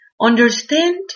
Understand